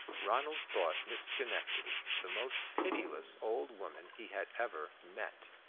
ronald thought miss schenectady the most pitiless old woman he had ever met.